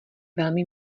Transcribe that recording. velmi